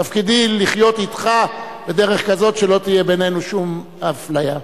תפקידי לחיות אתך בדרך כזאת שלא תהיה בינינו שום אפליה.